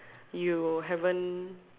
you haven't